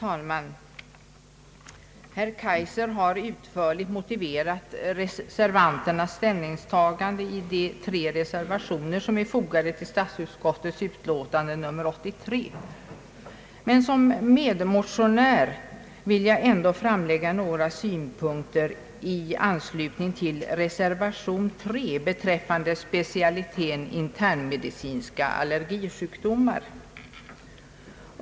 Herr talman! Herr Kaijser har utförligt motiverat reservanternas ställningstägande i de tre reservationer som är fogade till statsutskottets utlåtande nr 83. Som medmotionär vill jag ändå framlägga några synpunkter i anslutning till reservation 3 beträffande specialiteten internmedicinska allergisjukdomar.